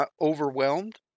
overwhelmed